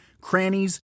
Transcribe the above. crannies